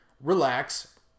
relax